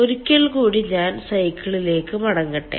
ഒരിക്കൽ കൂടി ഞാൻ സൈക്കിളിലേക്ക് മടങ്ങട്ടെ